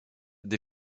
des